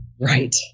Right